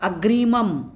अग्रिमम्